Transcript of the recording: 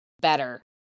better